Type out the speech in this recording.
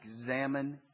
examine